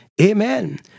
Amen